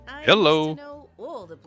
Hello